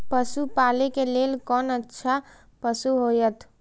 पशु पालै के लेल कोन अच्छा पशु होयत?